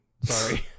Sorry